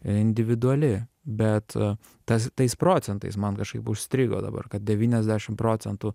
individuali bet tas tais procentais man kažkaip užstrigo dabar kad devyniasdešim procentų